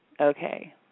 okay